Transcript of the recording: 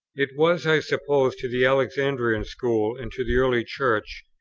it was, i suppose, to the alexandrian school and to the early church,